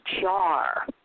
jar